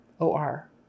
O-R